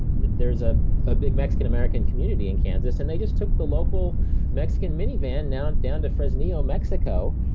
there's a ah big mexican american community in kansas, and they just took the local mexican minivan down down to fresnillo, mexico,